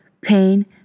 pain